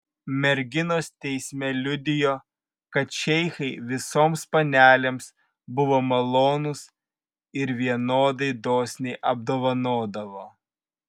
merginos teisme liudijo kad šeichai visoms panelėms buvo malonūs ir vienodai dosniai apdovanodavo